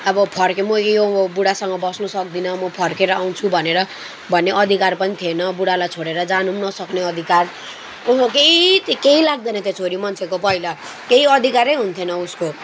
अब फर्के मैले यो बुढासँग बस्नु सक्दिनँ म फर्केर आउँछु भनेर भन्ने अधिकार पनि थिएन बुढालाई छोडेर जानु पनि नसक्ने अधिकार अन्त केही त्यो केही लाग्दैनथ्यो छोरी मान्छेको पहिला केही अधिकारै हुन्थेन उसको